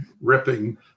ripping